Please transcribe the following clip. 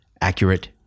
accurate